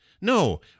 No